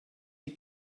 die